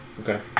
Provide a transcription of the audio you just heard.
okay